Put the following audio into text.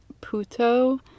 puto